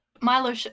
Milo